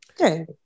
Okay